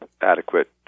adequate